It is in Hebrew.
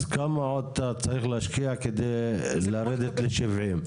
אז כמה עוד אתה צריך להשקיע כדי לרדת ל-70?